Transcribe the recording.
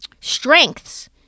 strengths –